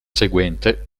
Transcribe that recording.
seguente